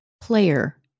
player